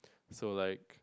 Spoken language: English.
so like